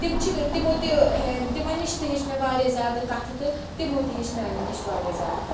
تِم چھِ تمو تہِ تِمَن نِش تہِ ہیٚچھ مےٚ واریاہ زیادٕ کَتھٕ تہٕ تِمو تہِ ہیٚچھ میانہِ نِش واریاہ زیادٕ کَتھٕ